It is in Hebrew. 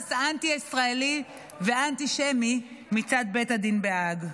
ביחס האנטי-ישראלי והאנטישמי מצד בית הדין בהאג.